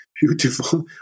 beautiful